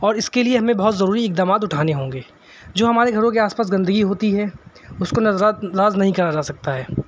اور اس کے لیے ہمیں بہت ضروری اقدامات اٹھانے ہوں گے جو ہمارے گھروں کے آس پاس گندگی ہوتی ہے اس کو نظرانداز نہیں کرا جا سکتا ہے